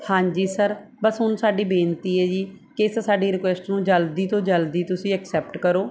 ਹਾਂਜੀ ਸਰ ਬਸ ਹੁਣ ਸਾਡੀ ਬੇਨਤੀ ਹੈ ਜੀ ਕਿ ਇਸ ਸਾਡੀ ਰਿਕੁਐਸਟ ਨੂੰ ਜਲਦੀ ਤੋਂ ਜਲਦੀ ਤੁਸੀਂ ਐਕਸੈਪਟ ਕਰੋ